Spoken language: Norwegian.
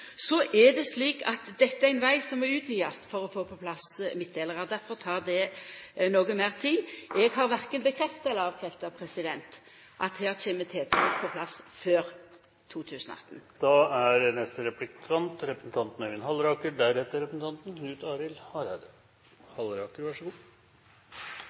så snart dei er klare, og arbeidsgruppa legg fram si innstilling i løpet av hausten. Dette er ein veg som må utvidast for å få på plass midtdelarar. Difor tek det noko meir tid. Eg kan verken bekrefta eller avkrefta at her kjem det midtdelarar på plass før 2018. Høyre er